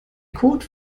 code